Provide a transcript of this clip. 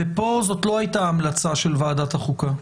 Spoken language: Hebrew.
פה זאת לא הייתה המלצה של ועדת החוקה.